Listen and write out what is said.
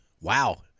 Wow